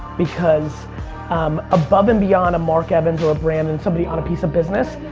because um above and beyond a mark evans or a brandon, somebody on a piece of business,